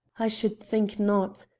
i should think not,